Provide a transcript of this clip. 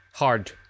hard